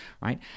right